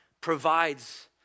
provides